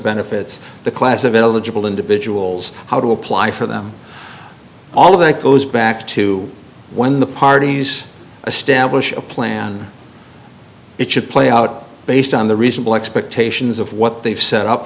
benefits the class of eligible individuals how to apply for them all of that goes back to when the parties a stamp bush plan it should play out based on the reasonable expectations of what they've set up